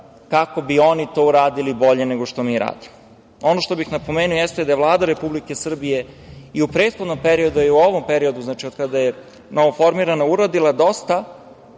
kako bi oni to uradili bolje nego što mi radimo. Ono što bih napomenuo jeste da je Vlada Republike Srbije i u prethodnom periodu, a i u ovom periodu od kada je novoformirana uradila dosta